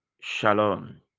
shalom